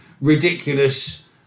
Ridiculous